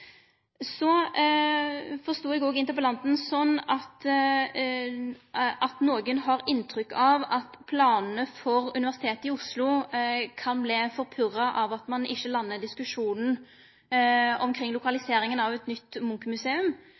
Så forstod eg òg interpellanten slik at nokon har gitt inntrykk av at planane for Universitetet i Oslo kan verte forpurra av at ein ikkje landar diskusjonen omkring lokaliseringa av eit nytt